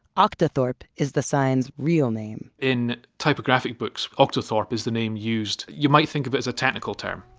octothorpe is the sign's real name. in typographic books. octothorpe is the name used. you might think of it as a technical term.